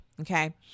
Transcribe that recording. okay